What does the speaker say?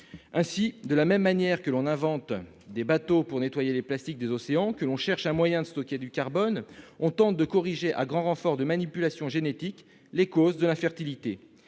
Ainsi, de la même manière que l'on invente des bateaux pour nettoyer le plastique des océans ou que l'on cherche un moyen de stocker le carbone, on tente de corriger, à grand renfort de manipulations génétiques, les causes de l'infertilité,